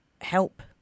help